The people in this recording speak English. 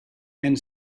and